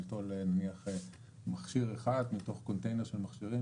ליטול מכשיר אחד מתוך קונטיינר של מכשירים